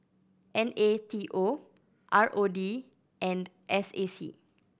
N A T O R O D and S A C